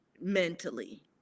mentally